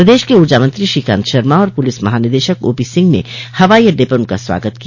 प्रदेश के ऊर्जा मंत्री श्रीकांत शर्मा और पुलिस महानिदेशक ओपी सिंह ने हवाई अड्डे पर उनका स्वागत किया